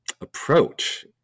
approach